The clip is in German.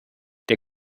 der